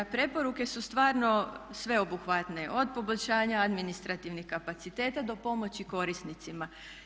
Preporuke su stvarno sveobuhvatne od poboljšanja administrativnih kapaciteta do pomoći korisnicima.